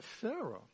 Sarah